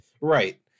Right